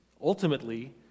ultimately